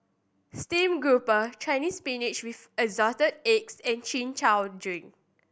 stream grouper Chinese Spinach with Assorted Eggs and Chin Chow drink